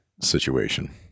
situation